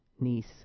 niece